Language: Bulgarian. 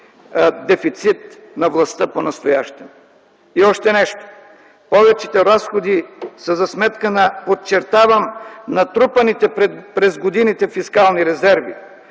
дефицит на властта понастоящем. И още нещо. Повечето разходи са за сметка на, подчертавам, натрупаните през годините фискални резерви.